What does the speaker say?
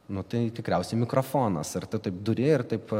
nu tai tikriausiai mikrofonas ar tu taip duri ir taip